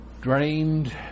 drained